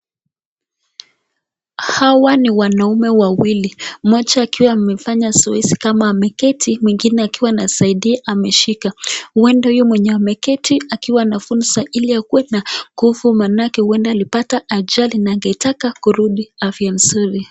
Hawa ni wanaume wawili mmoja akiwa amefanya zoezi kama ameketi mwingine akiwa anasaidia ameshika huenda huwa mwenye ameketi akiwa anafunza ili akuwe na nguvu maanake huenda alipata ajali na angetaka kurudi afya mzuri.